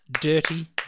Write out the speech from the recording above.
dirty